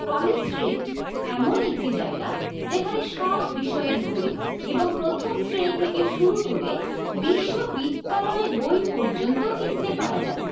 college Street এমন একটি জায়গা যেখানে সব বিষয়ের বই এবং প্রথম শ্রেণী থেকে শুরু করে বিশ্ববিদ্যালয়ের বই পর্যন্ত কিনতে পারা যায়